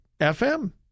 FM